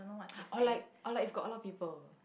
or like or like if got a lot of people